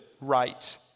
right